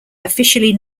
officially